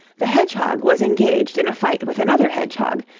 the hedgehog was engaged in a fight with another hedgehog,